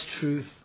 truth